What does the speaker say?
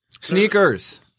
Sneakers